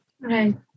Right